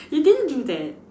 he didn't do that